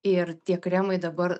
ir tie kremai dabar